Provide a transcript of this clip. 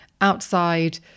outside